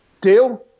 deal